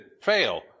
fail